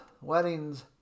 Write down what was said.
Weddings